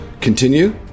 Continue